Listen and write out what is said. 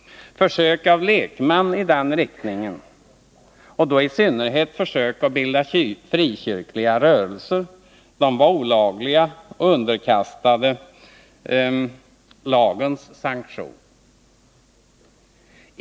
Försök av lekmän i den riktningen, och då i synnerhet försök att bilda | frikyrkliga rörelser, var olagliga och underkastade lagens sanktion.